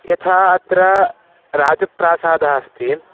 यथा अत्र राजप्रासादः अस्ति